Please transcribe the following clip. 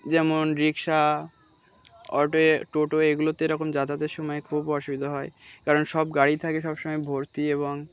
যেমন rickshaw auto toto এগুলোতে এরকম যাতায়াতের সময় খুব অসুবিধা হয় কারণ সব গাড়ি থাকে সব সময় ভর্তি এবং